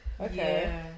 Okay